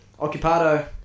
Occupado